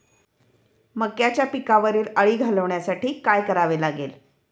मक्याच्या पिकावरील अळी घालवण्यासाठी काय करावे लागेल?